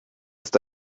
ist